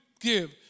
give